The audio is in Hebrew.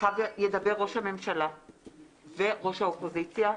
אחר כך ידברו ראש הממשלה וראש האופוזיציה.